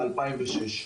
מ-2006.